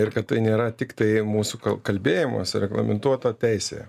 ir kad tai nėra tiktai mūsų kalbėjimas reglamentuota teisė